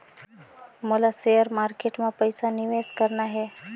मोला share market मां पइसा निवेश करना हे?